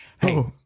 Hey